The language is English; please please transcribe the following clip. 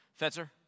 Fetzer